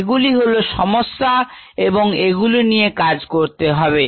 এগুলি হল সমস্যা এবং এগুলি নিয়ে কাজ করতে হবে